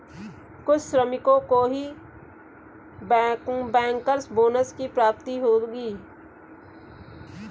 कुछ श्रमिकों को ही बैंकर्स बोनस की प्राप्ति होगी